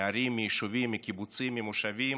מערים, מיישובים, מקיבוצים, ממושבים,